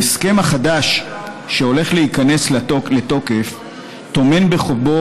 ההסכם החדש שהולך להיכנס לתוקף טומן בחובו